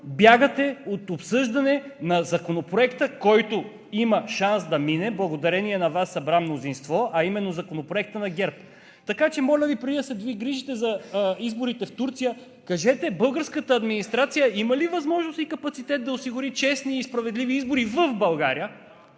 бягате от обсъждане на Законопроекта, който има шанс да мине, благодарение на Вас събра мнозинство, а именно Законопроектът на ГЕРБ, така че, моля Ви, преди да се грижите за изборите в Турция, кажете българската администрация има ли възможност и капацитет да осигури честни и справедливи избори в България?